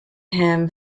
him